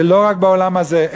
זה לא רק בעולם הזה.